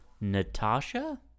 Natasha